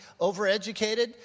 overeducated